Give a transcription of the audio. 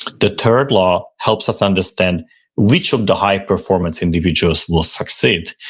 the third law helps us understand which of the high performance individuals will succeed,